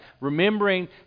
remembering